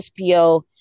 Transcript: SPO